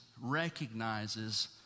recognizes